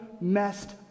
messed